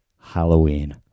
Halloween